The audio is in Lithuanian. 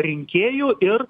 rinkėjų ir